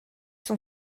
son